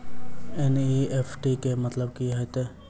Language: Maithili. एन.ई.एफ.टी केँ मतलब की हएत छै?